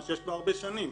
מה שיש להרבה שנים.